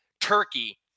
Turkey